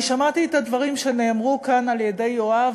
שמעתי את הדברים שנאמרו כאן על-ידי יואב,